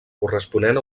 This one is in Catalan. corresponent